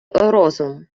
розум